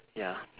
ya